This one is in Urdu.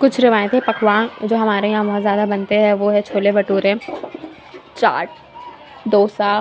کچھ روایتی پکوان جو ہمارے یہاں بہت زیادہ بنتے ہیں وہ ہیں چھولے بھٹورے چاٹ ڈوسا